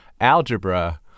algebra